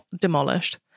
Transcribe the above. demolished